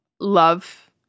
love